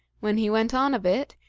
when he went on a bit,